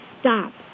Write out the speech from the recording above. stop